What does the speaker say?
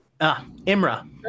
Imra